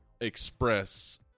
express